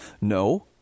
No